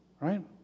Right